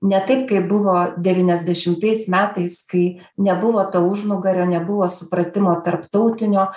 ne taip kaip buvo devyniasdešimais metais kai nebuvo to užnugario nebuvo supratimo tarptautinio